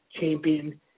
Champion